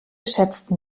schätzten